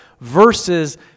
versus